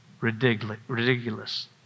ridiculous